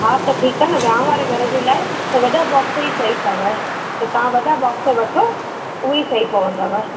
हा त ठीक आ वेयांओ वारो घर जे लाए त वॾा बोक्स ई सही तव त तां वॾा बोक्स वठो उअई सही पोहंदव